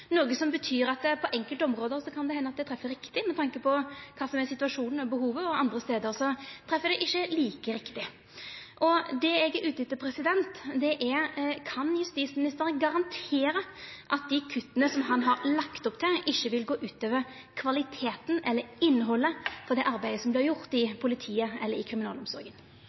noko som betyr at på enkelte område, kan det hende at det treffer riktig, med tanke på kva som er situasjonen og behovet, og andre stader treffer det ikkje like riktig. Det eg er ute etter, er: Kan justisministeren garantera at dei kutta som han har lagt opp til, ikkje vil gå ut over kvaliteten eller innhaldet i det arbeidet som er gjort i politiet eller i kriminalomsorga?